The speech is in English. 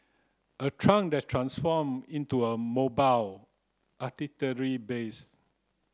a truck that transform into a mobile base